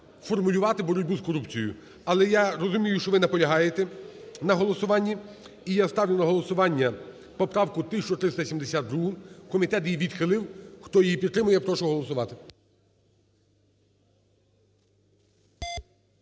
формулювати боротьбу з корупцією. Але, я розумію, що ви наполягаєте на голосуванні. І я ставлю на голосування поправку 1372. Комітет її відхилив. Хто її підтримує, прошу голосувати.